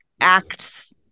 acts